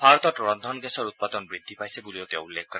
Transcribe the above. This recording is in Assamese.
ভাৰতত ৰধ্ধন গেছৰ উৎপাদন বৃদ্ধি পাইছে বুলিও তেওঁ উল্লেখ কৰে